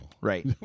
Right